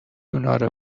اونارو